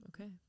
Okay